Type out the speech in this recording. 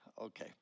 Okay